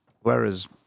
Whereas